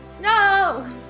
No